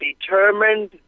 determined